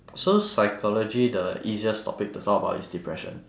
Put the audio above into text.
so psychology the easiest topic to talk about is depression